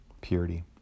purity